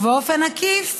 ובאופן עקיף,